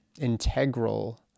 integral